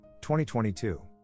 2022